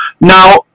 Now